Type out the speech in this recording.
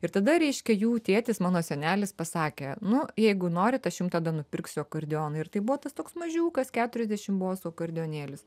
ir tada reiškia jų tėtis mano senelis pasakė nu jeigu norit aš jum tada nupirksiu akordeoną ir tai buvo tas toks mažiukas keturiasdešim bosų akordeonėlis